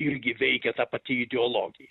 irgi veikė ta pati ideologija